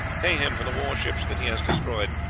pay him for the warships that he has destroyed,